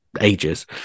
ages